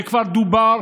וכבר דובר.